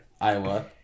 Iowa